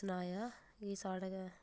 सनाया गी साढ़े गै